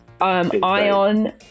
Ion